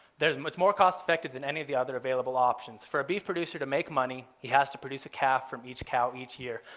there's much more cost-effective than any of the other available options. for a beef producer to make money, he has to produce a calf from each cow each year.